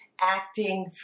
acting